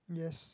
yes